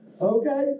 Okay